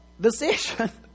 decision